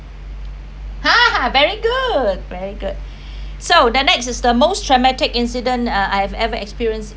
hor very good very good so the next is the most traumatic incident uh I've ever experienced